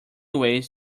ways